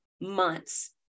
months